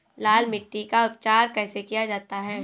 लाल मिट्टी का उपचार कैसे किया जाता है?